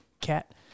cat